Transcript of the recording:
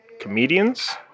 comedians